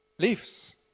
leaves